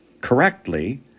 correctly